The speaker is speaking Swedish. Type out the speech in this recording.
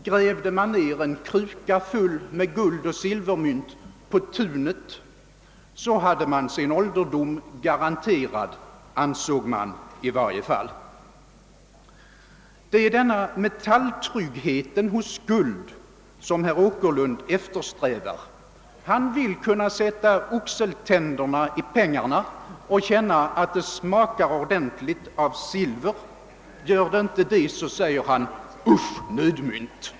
Grävde man ned en kruka full med guldoch silvermynt på tunet, så hade man sin ålderdom garanterad, ansåg man i varje fall. : Det är denna metalltrygghet som herr Åkerlund eftersträvar. Han vill. kunna sätta oxeltänderna i pengarna och känna att det smakar ordentligt av silver. Gör det inte det säger han: Usch, nödmynt!